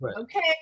okay